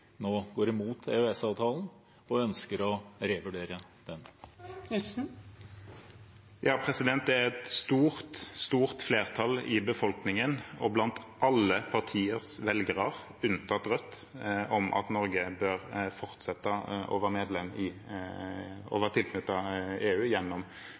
nå går imot EØS-avtalen og ønsker å revurdere denne? Det er et stort, stort flertall i befolkningen og blant alle partiers velgere unntatt Rødt for at Norge bør fortsette å være tilknyttet EU gjennom EØS-avtalen. Og